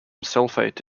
sulfate